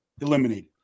eliminated